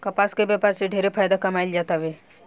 कपास के व्यापार से ढेरे फायदा कमाईल जातावे